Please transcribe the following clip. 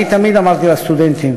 אני תמיד אמרתי לסטודנטים